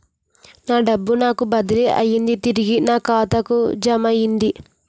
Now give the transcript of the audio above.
నా డబ్బు నాకు బదిలీ అయ్యింది తిరిగి నా ఖాతాకు జమయ్యింది